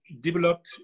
developed